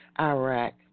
Iraq